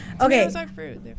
okay